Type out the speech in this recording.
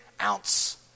ounce